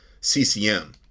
CCM